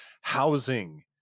Housing